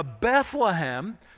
Bethlehem